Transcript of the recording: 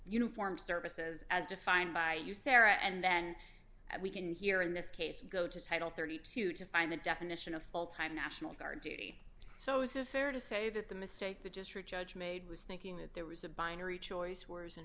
uniform services as defined by you sarah and then we can here in this case go to title thirty two dollars to find the definition of full time national guard duty so it was a fair to say that the mistake the district judge made was thinking that there was a binary choice words in